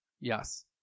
Yes